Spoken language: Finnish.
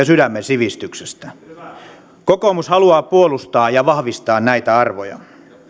sydämen sivistyksestä kokoomus haluaa puolustaa ja vahvistaa näitä arvoja